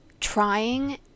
trying